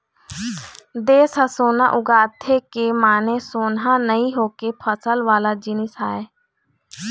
देस ह सोना उगलथे के माने सोनहा नइ होके फसल वाला जिनिस आय